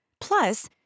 plus